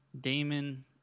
Damon